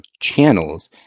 channels